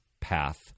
path